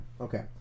okay